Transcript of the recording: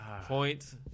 point